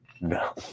No